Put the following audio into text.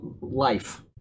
life